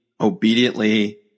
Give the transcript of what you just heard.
obediently